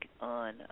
on